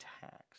tax